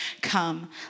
Come